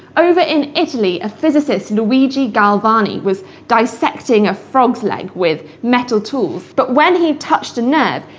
over in italy, a physicist, luigi galvani, was dissecting a frog's leg with metal tools, but when he touched the nerve,